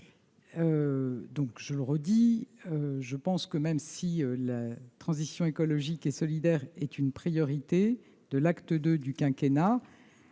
temps plein. Même si la transition écologique et solidaire est une priorité de l'acte II du quinquennat,